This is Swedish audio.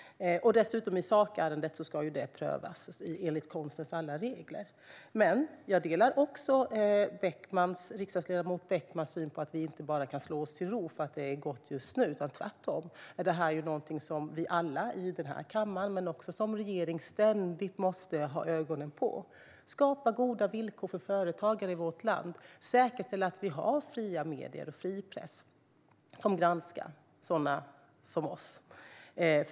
Dessutom ska sakärendet prövas enligt konstens alla regler. Men jag delar riksdagsledamot Beckmans åsikt att vi inte bara kan slå oss till ro för att det är gott just nu. Tvärtom är det här någonting som alla i den här kammaren men också regeringen ständigt måste ha ögonen på för att skapa goda villkor för företagare i vårt land och säkerställa att vi har fria medier och fri press som granskar sådana som vi.